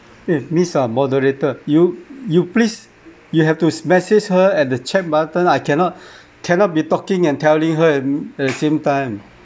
eh miss ah moderator you you please you have to message her at the chat button I cannot cannot be talking and telling her at at the same time